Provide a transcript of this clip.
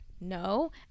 no